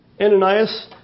Ananias